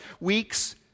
weeks